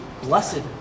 blessed